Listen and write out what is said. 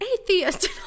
atheist